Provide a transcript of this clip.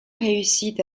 réussit